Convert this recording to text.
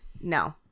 No